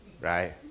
right